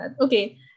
Okay